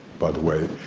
by the way,